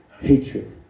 hatred